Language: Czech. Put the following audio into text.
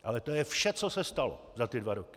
Ale to je vše, co se stalo za dva roky.